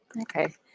Okay